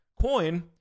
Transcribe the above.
coin